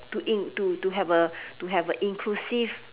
to in to to have a to have a inclusive